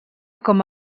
com